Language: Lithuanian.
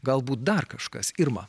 galbūt dar kažkas irma